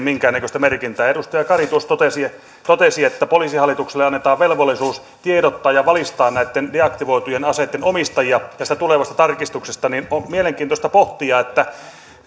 minkäännäköistä merkintää edustaja kari totesi että totesi että poliisihallitukselle annetaan velvollisuus tiedottaa ja valistaa deaktivoitujen aseitten omistajia tulevasta tarkistuksesta on mielenkiintoista pohtia että